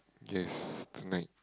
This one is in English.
yes tonight